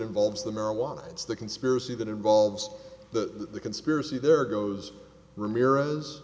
involves the marijuana it's the conspiracy that involves the conspiracy there goes ramirez